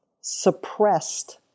suppressed